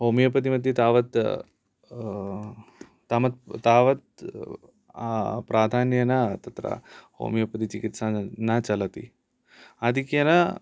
homeopathy मध्ये तावत् तामत् तावत् प्राधान्येन तत्र होमियोपति चिकित्सां न चलति आधिक्येन